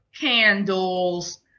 candles